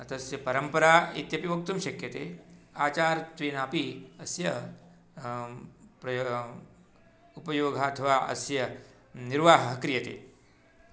तस्य परम्परा इत्यपि वक्तुं शक्यते आचारत्वेनापि अस्य उपयोगः अथवा अस्य निर्वाहः क्रियते